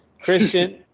Christian